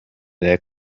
their